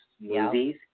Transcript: movies